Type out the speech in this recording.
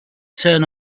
turn